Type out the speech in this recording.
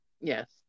Yes